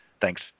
Thanks